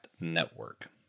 Network